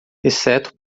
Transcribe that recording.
exceto